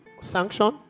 sanction